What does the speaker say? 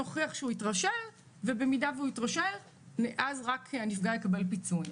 להוכיח התרשלות ורק כך הנפגע יקבל פיצוי.